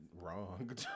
wrong